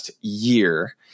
Year